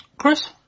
Chris